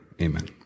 Amen